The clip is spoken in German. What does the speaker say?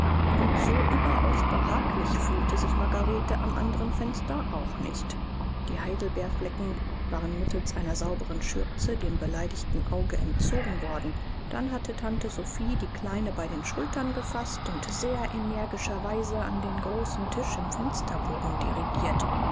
und so überaus behaglich fühlte sich margarete am anderen fenster auch nicht die heidelbeerflecken waren mittels einer sauberen schürze dem beleidigten auge entzogen worden dann hatte tante sophie die kleine bei den schultern gefaßt und sehr energischer weise an den großen tisch im fensterbogen dirigiert